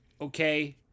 okay